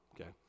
Okay